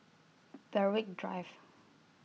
Berwick Drive